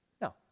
No